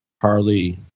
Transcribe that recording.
Harley